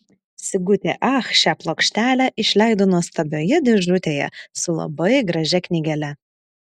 sigutė ach šią plokštelę išleido nuostabioje dėžutėje su labai gražia knygele